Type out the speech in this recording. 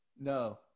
No